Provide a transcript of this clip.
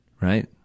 Right